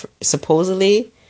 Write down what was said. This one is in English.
supposedly